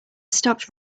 stopped